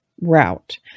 route